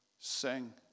sing